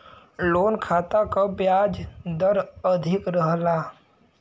loan खाता क ब्याज दर अधिक रहला